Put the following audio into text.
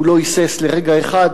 הוא לא היסס לרגע אחד,